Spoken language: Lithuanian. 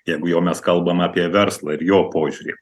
jeigu jau mes kalbam apie verslą ir jo požiūrį